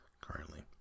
currently